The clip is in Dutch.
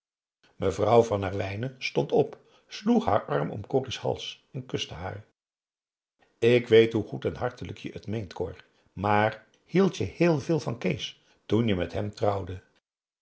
mevrouw van herwijnen stond op sloeg haar arm om corrie's hals en kuste haar ik weet hoe goed en hartelijk je het meent cor p a daum hoe hij raad van indië werd onder ps maurits maar hield je heel veel van kees toen je met hem trouwde